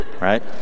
right